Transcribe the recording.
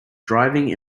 driving